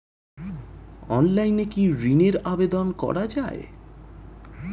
অনলাইনে কি ঋণের আবেদন করা যায়?